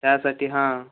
त्यासाठी हां